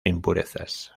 impurezas